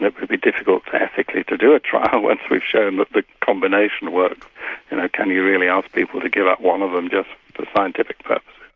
it would be difficult ethically to do a trial once we've shown that the combination worked and ah can you really ask people to give up one of them just for scientific but